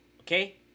okay